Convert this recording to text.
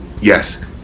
yes